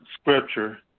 scripture